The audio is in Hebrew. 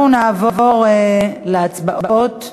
אנחנו נעבור להצבעות.